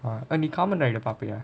நீ:nee comman rider பாப்பியா:paapiyaa